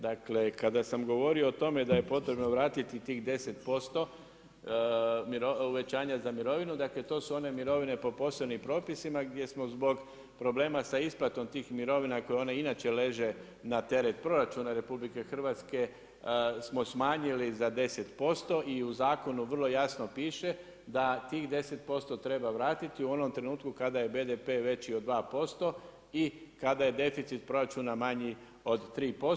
Dakle kada sam govorio o tome da je potrebno vratiti tih 10% uvećanja za mirovinu, to su one mirovine po posebnim propisima, gdje smo zbog problema sa isplatom tih mirovina koje one inače leže na teret proračuna RH, smo smanjili za 10% i u zakonu vrlo jasno piše, da tih 10% treba vratiti u onom trenutku kada je BDP veći od 2% i kada je deficit proračuna manji od 3%